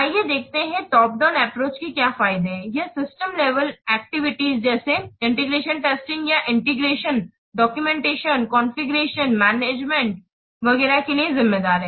आइए देखते हैं कि टॉप डाउन एप्रोच के क्या फायदे हैं यह सिस्टम लेवल एक्टिविटीज जैसे इंटीग्रेशन टेस्टिंग या इंटीग्रेशन डॉक्यूमेंटेशन कॉन्फ़िगरेशन मैनेजमेंट वगैरह के लिए जिम्मेदार है